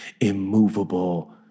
immovable